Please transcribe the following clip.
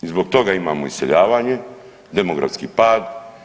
I zbog toga imamo iseljavanje, demografski pad.